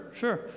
sure